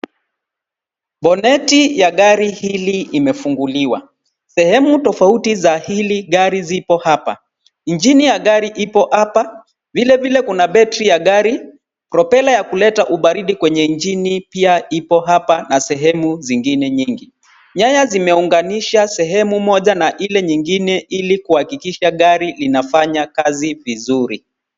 Boneti ya gari hili imefunguliwa. Sehemu tofauti za hili gari zipo hapa. Injini ya gari ipo hapa, vilevile kuna betri ya gari propela ya kuleta ubaridi kwenye injini pia ipo hapa na sehemu zingine nyingi. Nyaya zimeunganisha sehemu moja na ile nyingine ili kuhakikisha gari linafanya kazi vizuri.